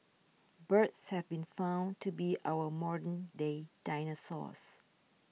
birds have been found to be our modern day dinosaurs